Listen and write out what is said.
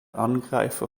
angreifer